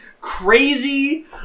crazy